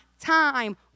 time